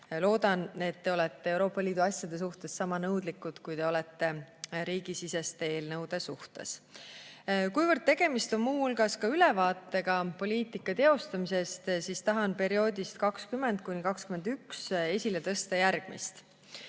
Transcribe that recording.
Loodan, et te olete Euroopa Liidu asjade suhtes sama nõudlikud, kui te olete riigisiseste eelnõude suhtes. Kuna tegemist on muu hulgas ka ülevaatega poliitika teostamisest, siis tahan perioodist 2020–2021 esile tõsta järgmist.